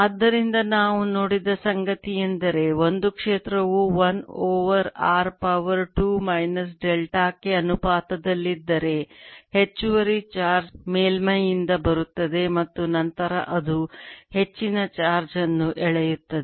ಆದ್ದರಿಂದ ನಾವು ನೋಡಿದ ಸಂಗತಿಯೆಂದರೆ ಒಂದು ಕ್ಷೇತ್ರವು 1 over r power 2 minus delta ಕ್ಕೆ ಅನುಪಾತದಲ್ಲಿದ್ದರೆ ಹೆಚ್ಚುವರಿ ಚಾರ್ಜ್ ಮೇಲ್ಮೈಯಿಂದ ಬರುತ್ತದೆ ಮತ್ತು ನಂತರ ಅದು ಹೆಚ್ಚಿನ ಚಾರ್ಜ್ ಅನ್ನು ಎಳೆಯುತ್ತದೆ